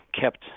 kept